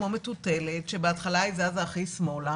כמו מטוטלת שבהתחלה היא זזה הכי שמאלה